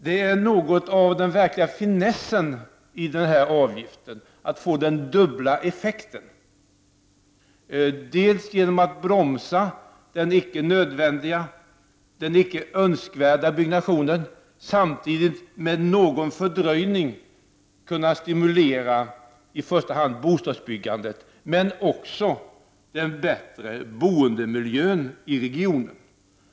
Det är något av den verkliga finessen med den här avgiften att den skall få dubbel effekt: dels att bromsa den icke önskvärda byggnationen, dels att med någon fördröjning stimulera i första hand bostadsbyggandet men också en bättre boendemiljö i regionen.